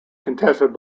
contested